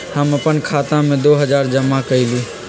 हम अपन खाता में दो हजार जमा कइली